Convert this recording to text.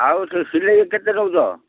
ଆଉ ସେ ସିଲେଇ ବି କେତେ ନେଉଛ